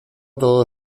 todo